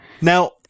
Now